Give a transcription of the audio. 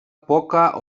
poca